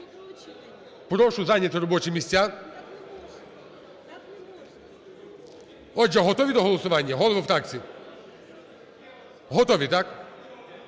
Прошу зайняти робочі місця. Отже, готові до голосування, голови фракцій? Готові, так?